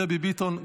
דבי ביטון,